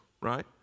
right